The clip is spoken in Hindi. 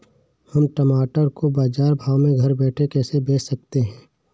हम टमाटर को बाजार भाव में घर बैठे कैसे बेच सकते हैं?